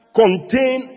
contain